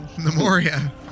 Memoria